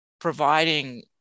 providing